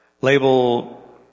Label